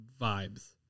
vibes